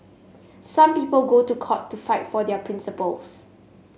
some people go to court to fight for their principles